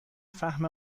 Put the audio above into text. فهم